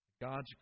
God's